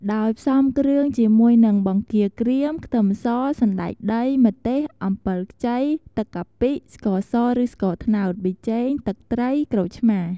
ដោយផ្សំគ្រឿងជាមួយនឹង បង្គាក្រៀម ខ្ទឹមស សណ្ដែកដី ម្ទេស អំពិលខ្ចី ទឹកកាពិ ស្ករស ឬស្ករត្នោត ប៊ីចេង ទឹកត្រី ក្រូចឆ្មា។